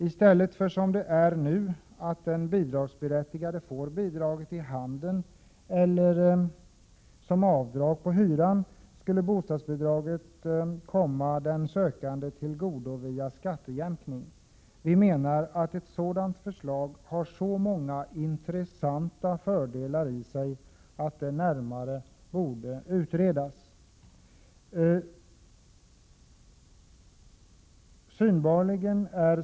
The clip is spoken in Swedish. I dag får den bidragsberättigade bidraget i handen eller som avdrag på hyran. Enligt vårt förslag skulle bostadsbidraget komma den sökande till godo genom skattejämkning. Ett sådant förslag har så många intressanta fördelar att det borde utredas närmare.